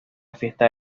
fiesta